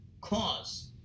cause